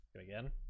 Again